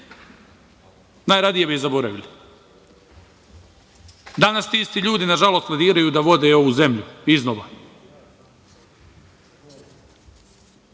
Najradije bi zaboravili. Danas ti isti ljudi, nažalost, planiraju da vode ovu zemlju iznova. Dobro